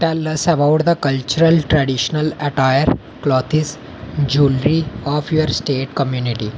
tell us about the cultural traditional attire clothes jewellery of your state community